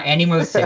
Animals